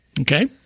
Okay